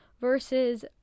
versus